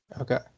Okay